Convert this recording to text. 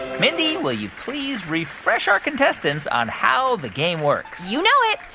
mindy, will you please refresh our contestants on how the game works? you know it.